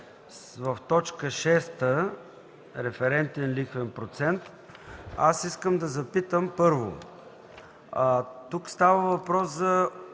в т. 6 – референтен лихвен процент, аз искам да запитам. Първо, тук става въпрос за